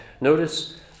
Notice